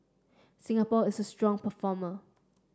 Singapore is a strong performer